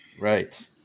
right